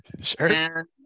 Sure